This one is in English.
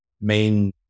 main